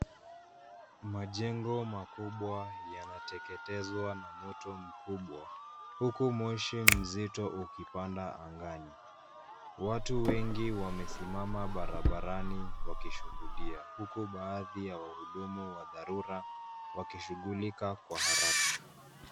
Majengo makubwa yanateketezwa na moto mkubwa huku moshi mzito ukipanda angani. Watu wengi wamesimama barabarani wakishuhudia huku baadhi ya wahudumu wa dharura wakishughulika kwa haraka.